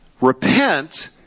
repent